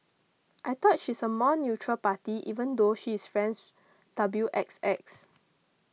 I thought she's a more neutral party even though she is friends W X X